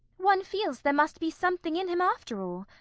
one feels there must be something in him, after all.